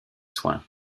soins